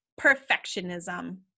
perfectionism